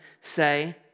say